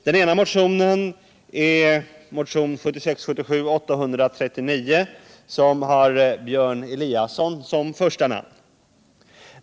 Den ena motionen är 1976/77:839 med Björn Eliasson som första namn.